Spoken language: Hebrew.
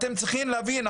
אתם צריכים להבין,